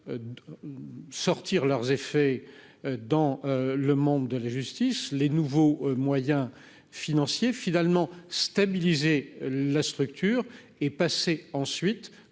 sortir leurs effets dans le monde de la justice, les nouveaux moyens financiers finalement stabiliser la structure et passer ensuite